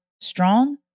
strong